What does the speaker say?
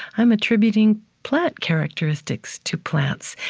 i'm attributing plant characteristics to plants.